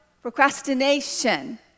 Procrastination